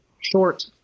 Short